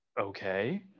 okay